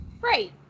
right